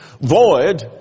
Void